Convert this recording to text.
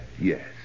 Yes